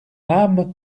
âme